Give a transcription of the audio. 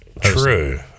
True